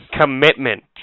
Commitment